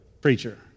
preacher